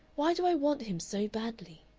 why do i want him so badly?